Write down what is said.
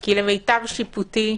כי למיטב שיפוטי,